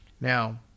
now